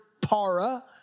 para